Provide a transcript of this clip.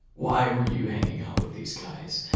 why were you hanging out with these guys.